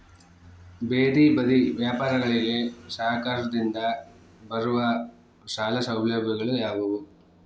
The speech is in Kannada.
ಬೇದಿ ಬದಿ ವ್ಯಾಪಾರಗಳಿಗೆ ಸರಕಾರದಿಂದ ಬರುವ ಸಾಲ ಸೌಲಭ್ಯಗಳು ಯಾವುವು?